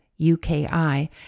UKI